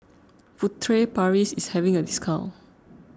Furtere Paris is having a discount